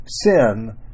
Sin